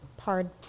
hard